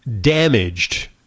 damaged